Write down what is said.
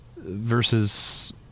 versus